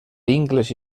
vincles